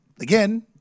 again